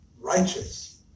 righteous